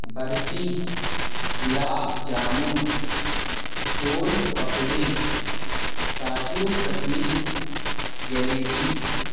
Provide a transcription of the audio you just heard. barfi gulab jamun soan papdi kaju katli jalebi